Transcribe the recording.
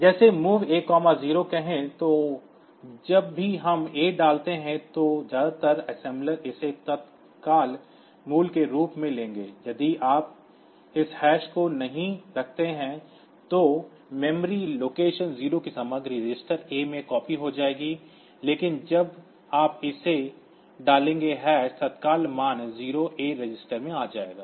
जैसे MOV A 0 कहें तो जब भी हम A डालते हैं तो ज्यादातर असेम्बलर्स इसे तत्काल मूल्य के रूप में लेंगे यदि आप इस हैश को नहीं रखते हैं तो मेमोरी लोकेशन 0 की सामग्री रजिस्टर A में कॉपी हो जाएगी लेकिन जब आप इसे डालेंगे हैश तत्काल मान 0 A रजिस्टर में आ जाएगा